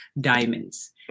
diamonds